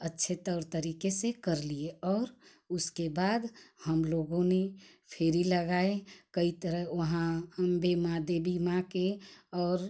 अच्छे तौर तरीके से कर लिए और उसके बाद हम लोगों ने फेरी लगाए कई तरह वहाँ अम्बे माँ देबी माँ के और